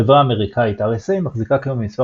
החברה האמריקאית RSA מחזיקה כיום במספר